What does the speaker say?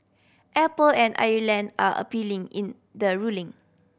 apple and Ireland are appealing in the ruling